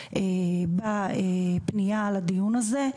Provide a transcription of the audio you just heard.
שכתבתי בפניה לדיון הזה.